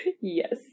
Yes